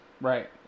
Right